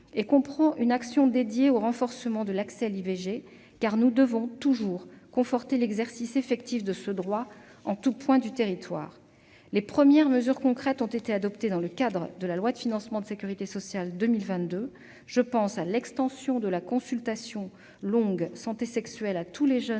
et comprend une action dédiée au renforcement de l'accès à l'IVG, car nous devons toujours conforter l'exercice effectif de ce droit en tout point du territoire. Les premières mesures concrètes ont été adoptées dans le cadre de la loi de financement de la sécurité sociale pour 2022. Je pense à l'extension de la consultation longue « santé sexuelle » à tous les jeunes